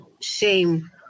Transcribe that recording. shame